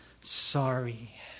sorry